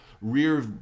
rear